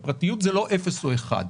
הפרטיות היא לא אפס או אחד.